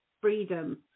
freedom